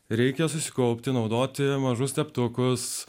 reikia susikaupti naudoti mažus teptukus